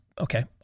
okay